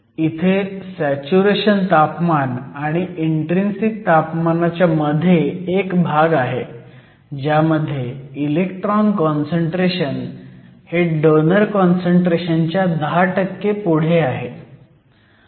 इथे सॅच्युरेशन तापमान आणि इन्ट्रीन्सिक तापमानाच्या मध्ये एक भाग आहे ज्यामध्ये इलेक्ट्रॉन काँसंट्रेशन हे डोनर काँसंट्रेशन च्या 10 पुढे मागे आहे